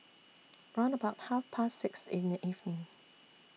round about Half Past six in The evening